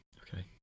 Okay